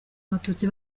abatutsi